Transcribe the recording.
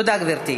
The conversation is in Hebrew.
תודה, גברתי.